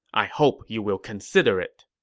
i hope you will consider it.